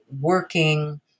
working